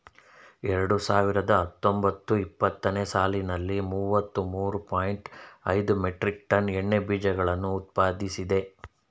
ಎರಡು ಸಾವಿರದ ಹತ್ತೊಂಬತ್ತು ಇಪ್ಪತ್ತನೇ ಸಾಲಿನಲ್ಲಿ ಮೂವತ್ತ ಮೂರು ಪಾಯಿಂಟ್ ಐದು ಮೆಟ್ರಿಕ್ ಟನ್ ಎಣ್ಣೆ ಬೀಜಗಳನ್ನು ಉತ್ಪಾದಿಸಿದೆ